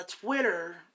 Twitter